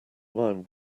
mind